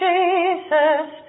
Jesus